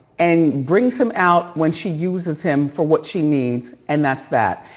and brings him out when she uses him for what she needs. and that's that.